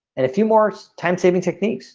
and a few more time saving techniques